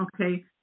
okay